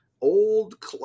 old